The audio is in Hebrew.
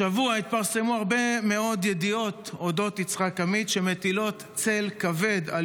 השבוע התפרסמו הרבה מאוד ידיעות על יצחק עמית שמטילות צל כבד על